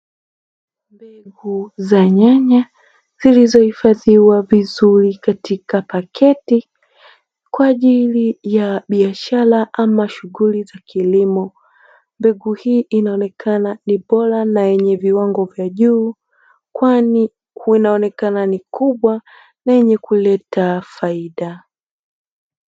Mbegu za nyanya zilizohifadhiwa vizuri katika paketi kwa ajili ya biashara ama shughuli za kilimo, mbegu hii inaonekana ni bora na yenye viwango vya juu kwani inaonekana ni kubwa na yenye kuleta faida.